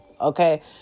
Okay